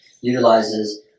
utilizes